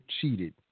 cheated